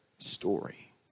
Story